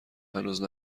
هنوز